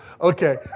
Okay